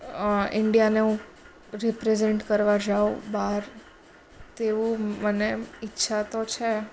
ઈન્ડિયાને હું રિપ્રેઝન્ટ કરવા જાઉં બહાર તેવું મને ઈચ્છા તો છે